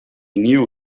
knew